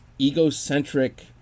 egocentric